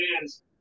hands